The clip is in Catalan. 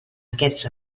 aquests